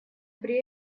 при